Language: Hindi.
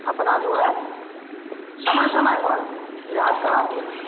अपना जो है समय समय पर इलाज कराते हैं